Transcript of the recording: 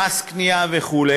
מס קנייה וכו'